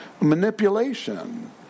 manipulation